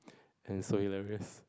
and so hilarious